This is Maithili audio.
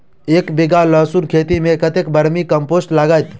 एक बीघा लहसून खेती मे कतेक बर्मी कम्पोस्ट लागतै?